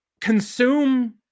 consume